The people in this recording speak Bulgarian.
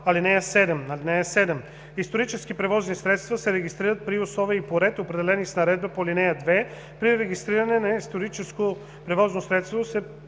ал. 7: „(7) Исторически превозни средства се регистрират при условия и по ред, определени с наредбата по ал. 2. При регистриране на историческо превозно средство се